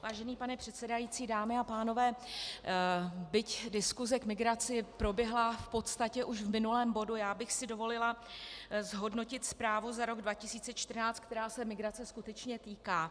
Vážený pane předsedající, dámy a pánové, byť diskuse k migraci proběhla v podstatě už v minulém bodu, já bych si dovolila zhodnotit zprávu za rok 2014, která se migrace skutečně týká.